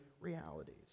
realities